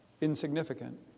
Insignificant